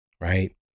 right